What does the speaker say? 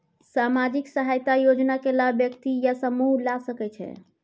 सामाजिक सहायता योजना के लाभ व्यक्ति या समूह ला सकै छै?